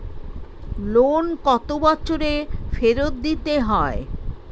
Loan কত বছরে ফেরত দিতে হয়?